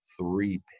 three